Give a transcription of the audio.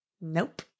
Nope